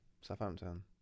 Southampton